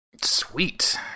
Sweet